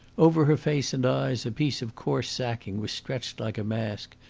over her face and eyes a piece of coarse sacking was stretched like a mask,